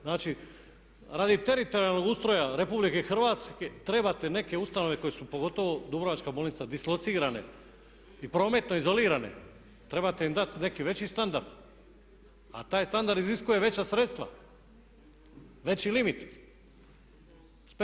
Znači, radi teritorijalnog ustroja RH trebate neke ustanove koje su pogotovo Dubrovačka bolnica dislocirane i prometno izolirane, trebate im dati neki veći standard. a taj standard iziskuje veća sredstva, veći limit.